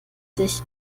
dich